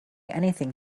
anything